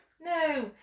No